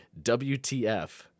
WTF